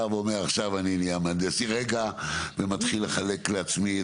ואומר עכשיו אני נהיה מהנדס עיר ומתחיל לחלק לעצמי,